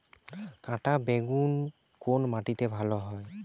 কাঁটা বেগুন কোন মাটিতে ভালো হয়?